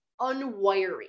unwiring